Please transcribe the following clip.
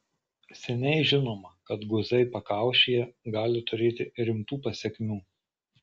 seniai žinoma kad guzai pakaušyje gali turėti rimtų pasekmių